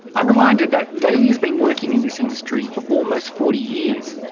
i'm reminded that daly has been working in this industry for almost forty years.